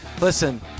Listen